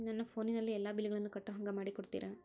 ನನ್ನ ಫೋನಿನಲ್ಲೇ ಎಲ್ಲಾ ಬಿಲ್ಲುಗಳನ್ನೂ ಕಟ್ಟೋ ಹಂಗ ಮಾಡಿಕೊಡ್ತೇರಾ?